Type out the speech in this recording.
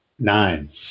Nine